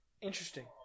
Interesting